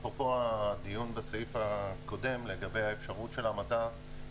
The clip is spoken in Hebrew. אפרופו הדיון בסעיף הקודם לגבי הסעיף של המתה,